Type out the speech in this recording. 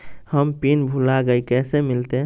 हम पिन भूला गई, कैसे मिलते?